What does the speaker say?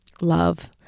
love